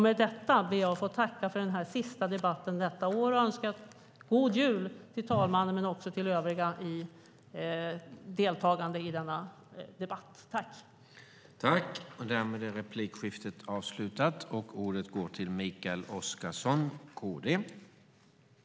Med detta ber jag att få tacka för den sista debatten detta år och önska talmannen och även övriga deltagande i denna debatt en god jul.